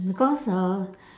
because uh